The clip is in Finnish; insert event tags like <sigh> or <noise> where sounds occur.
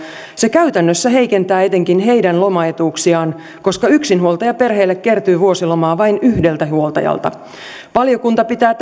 se käytännössä heikentää etenkin heidän lomaetuuksiaan koska yksinhuoltajaperheille kertyy vuosilomaa vain yhdeltä huoltajalta valiokunta pitää <unintelligible>